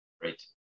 Great